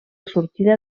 sortida